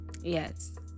Yes